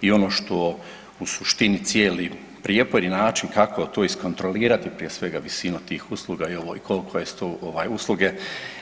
I ono što u suštini cijeli prijepor i način kako to iskontrolirati, prije svega visinu tih usluga i kolike su te usluge,